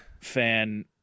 fan